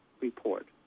report